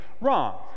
wrong